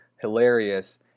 hilarious